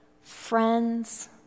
friends